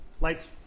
Light's